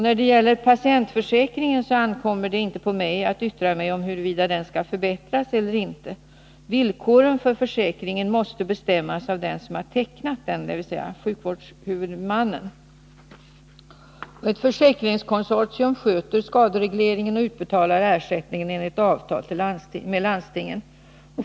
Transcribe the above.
När det gäller patientförsäkringen ankommer det inte på mig att ange huruvida den skall förbättras eller inte. Villkoren för försäkringen måste bestämmas av den som har tecknat den, dvs. sjukvårdshuvudmannen. Ett försäkringskonsortium sköter skadereglering och utbetalar ersättning enligt avtal med landstingen.